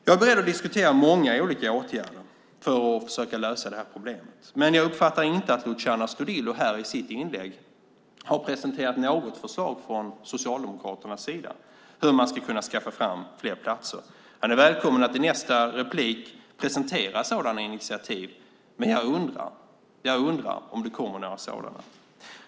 Jag är beredd att diskutera många olika åtgärder för att försöka lösa det här problemet, men jag uppfattar inte att Luciano Astudillo i sitt inlägg här har presenterat något förslag från Socialdemokraterna på hur man ska kunna skaffa fram fler platser. Han är välkommen att i nästa inlägg presentera sådana initiativ, men jag undrar om det kommer några sådana.